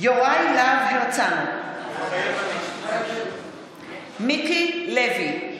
מתחייב אני יוראי להב הרצנו, מתחייב אני מיקי לוי,